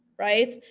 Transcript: right?